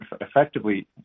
effectively